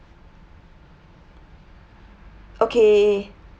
okay